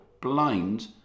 blind